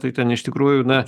tai ten iš tikrųjų na